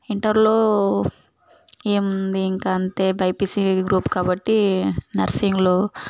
ఇంటర్లో ఏముంది ఇంకా అంతే బైపిసి గ్రూప్ కాబట్టి నర్సింగ్లో